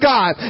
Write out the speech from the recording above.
God